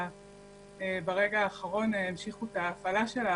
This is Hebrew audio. וברגע האחרון המשיכו את ההפעלה שלה,